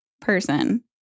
person